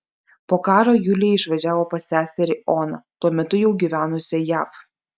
po karo julija išvažiavo pas seserį oną tuo metu jau gyvenusią jav